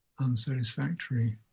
unsatisfactory